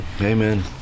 Amen